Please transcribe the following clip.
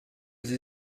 sie